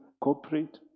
corporate